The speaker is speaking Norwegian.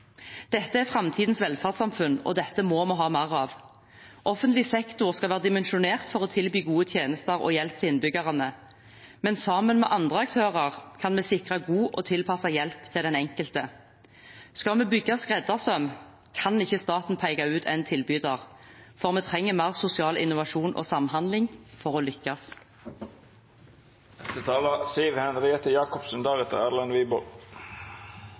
Dette er framtidens velferdssamfunn. Dette må vi ha mer av. Offentlig sektor skal være dimensjonert for å tilby gode tjenester og hjelp til innbyggerne, men sammen med andre aktører kan vi sikre god og tilpasset hjelp til den enkelte. Skal vi bygge skreddersøm, kan ikke staten peke ut en tilbyder, for vi trenger mer sosial innovasjon og samhandling for å lykkes.